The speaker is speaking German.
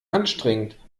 anstrengend